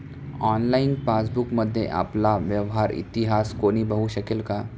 Online पासबुकमध्ये आपला व्यवहार इतिहास कोणी बघु शकेल का?